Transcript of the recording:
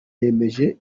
yemeje